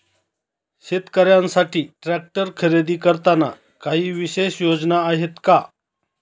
शेतकऱ्यांसाठी ट्रॅक्टर खरेदी करताना काही विशेष योजना आहेत का?